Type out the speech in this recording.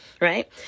right